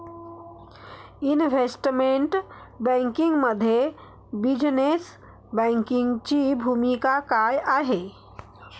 Investment बँकिंगमध्ये business बँकिंगची भूमिका काय आहे?